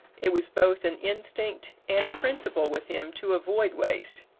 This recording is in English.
it was both an instinct and a principle with him to avoid waste.